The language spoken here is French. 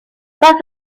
pas